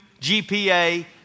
GPA